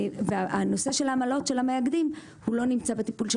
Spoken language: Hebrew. הנושא של העמלות של המאגדים לא נמצא בטיפול של